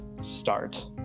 start